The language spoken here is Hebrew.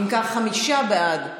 אם כך, חמישה בעד,